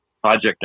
project